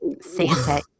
Santa